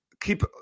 keep